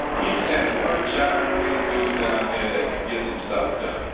he sent one john wayne dude down here that can get some stuff done.